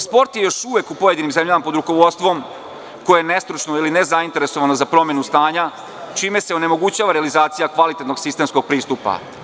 Sport je još uvek u pojedinim zemljama pod rukovodstvom koje je nestručno ili nezainteresovano za promenu stanja čime se onemogućava realizacija kvalitetnog sistemskog pristupa.